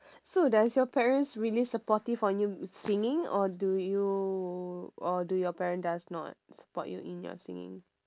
so does you parents really supportive on you singing or do you or do your parents does not support you in your singing